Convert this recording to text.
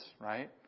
right